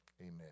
Amen